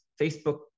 Facebook